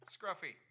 Scruffy